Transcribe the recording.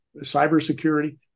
cybersecurity